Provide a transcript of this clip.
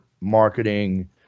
marketing